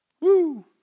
Woo